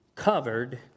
covered